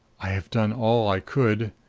i have done all i could.